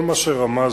כל מה שרמזתי,